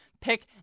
pick